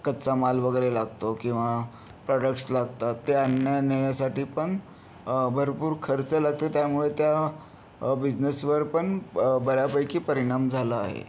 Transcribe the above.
कच्चा माल वगैरे लागतो किंवा प्रॉडक्टस लागतात ते आणण्या नेण्यासाठी पण भरपूर खर्च लागतो त्यामुळे त्या बिझनेसवर पण बऱ्यापैकी परिणाम झाला आहे